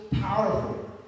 powerful